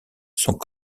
sont